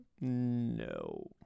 No